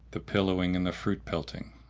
the pillowing and the fruit pelting.